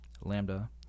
Lambda